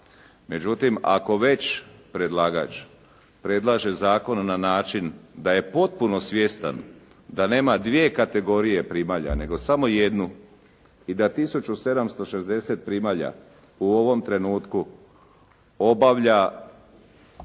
Međutim, ako već predlagač predlaže zakon na način da je potpuno svjestan da nema dvije kategorije primalja nego samo jednu i da 1760 primalja u ovom trenutku obavlja